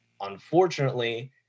Unfortunately